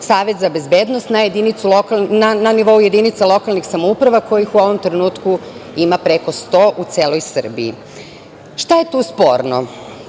Savet za bezbednost na nivou jedinica lokalnih samouprava, kojih u ovom trenutku ima preko 100 u celoj Srbiji. Šta je tu sporno?